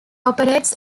operates